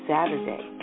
Saturday